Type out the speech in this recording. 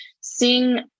seeing